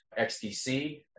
XDC